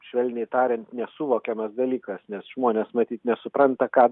švelniai tariant nesuvokiamas dalykas nes žmonės matyt nesupranta ką